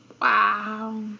Wow